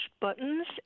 buttons